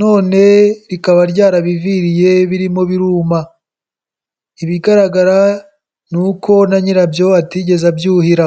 none rikaba ryarabiviriye birimo biruma, ibigaragara n'uko na nyirabyo atigeze abyuhira.